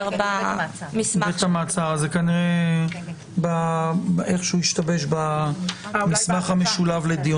זה כנראה איכשהו השתבש במסמך המשולב לדיון.